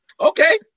okay